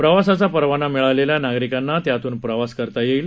प्रवासाचा परवाना मिळालेल्या नागरिकांना त्यातून प्रवास करता येईल